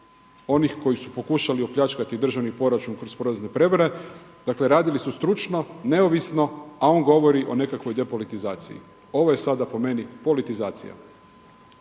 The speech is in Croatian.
onih koji su pokušali opljačkati državni proračun kroz porezne prijevare. Dakle, radili su stručno, neovisno, a on govori o nekakvoj depolitizaciji. Ovo je sada po meni politizacija.